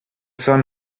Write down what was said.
sun